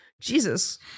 Jesus